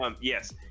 yes